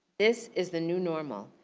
this is the new normal.